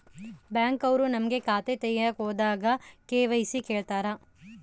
Bank ಅವ್ರು ನಮ್ಗೆ ಖಾತೆ ತಗಿಯಕ್ ಹೋದಾಗ ಕೆ.ವೈ.ಸಿ ಕೇಳ್ತಾರಾ?